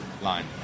line